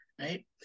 right